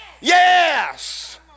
Yes